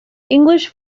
english